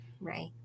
Right